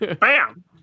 Bam